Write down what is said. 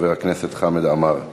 חבר הכנסת חמד עמאר.